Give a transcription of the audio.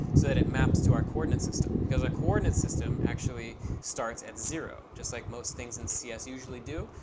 so that it maps to our coordinate system. because our coordinate system actually starts at zero just like most things in cs usually do.